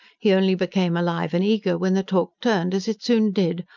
he only became alive and eager when the talk turned, as it soon did,